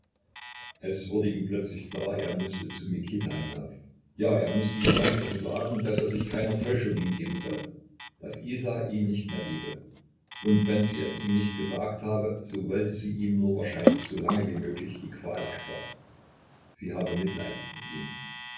es wurde ihm plötzlich klar er mußte zu mikita hinauf ja er mußte ihm ganz offen sagen daß er sich keiner täuschung hingeben solle daß isa ihn nicht mehr liebe und wenn sie es ihm nicht gesagt habe so wollte sie ihm nur wahrscheinlich so lange wie möglich die qual ersparen sie habe mitleid mit ihm